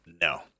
No